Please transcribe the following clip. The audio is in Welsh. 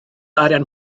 arian